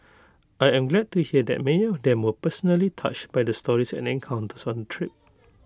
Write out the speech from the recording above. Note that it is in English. I am glad to hear that many of them were personally touched by the stories and encounters on trip